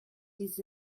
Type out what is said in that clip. des